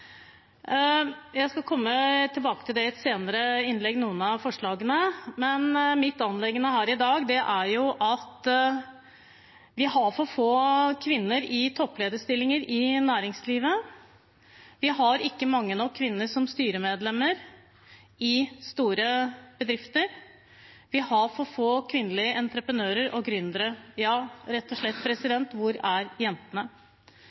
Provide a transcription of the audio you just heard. Jeg skal komme tilbake til noen av forslagene i et senere innlegg. Mitt anliggende i dag er at vi har for få kvinner i topplederstillinger i næringslivet. Vi har ikke mange nok kvinner som styremedlemmer i store bedrifter. Vi har for få kvinnelige entreprenører og gründere. Ja,